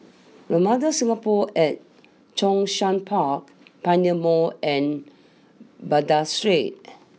Ramada Singapore at Zhongshan Park Pioneer Mall and Baghdad Street